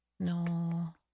No